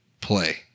play